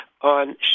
on